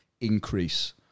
increase